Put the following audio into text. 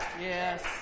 Yes